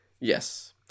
Yes